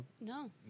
No